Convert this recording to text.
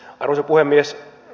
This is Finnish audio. arvoisa puhemies